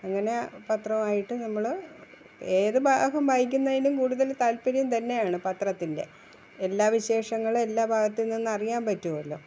അങ്ങനെ പത്രമായിട്ട് നമ്മള് ഏത് ഭാഗം വായിക്കുന്നതിലും കൂടുതല് താല്പര്യം തന്നെയാണ് പത്രത്തിൻ്റെ എല്ലാ വിശേഷങ്ങളും എല്ലാ ഭാഗത്തുനിന്നും അറിയാൻ പറ്റുവല്ലോ